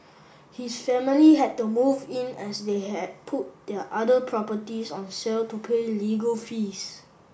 his family had to move in as they had put their other properties on sale to pay legal fees